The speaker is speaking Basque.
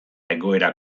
egoera